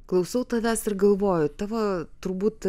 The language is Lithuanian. klausau tavęs ir galvoju tavo turbūt